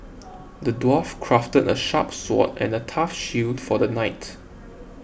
the dwarf crafted a sharp sword and a tough shield for the knight